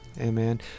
Amen